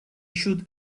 should